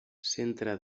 centre